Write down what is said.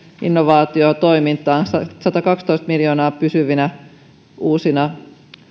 innovaatiotoimintaan satakaksitoista miljoonaa pysyvinä uusina